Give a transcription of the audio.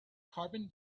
carbon